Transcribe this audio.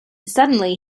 suddenly